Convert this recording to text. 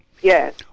Yes